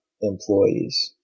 employees